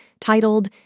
titled